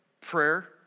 prayer